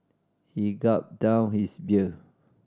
he gulped down his beer